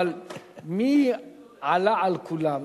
אבל מי עלה על כולם?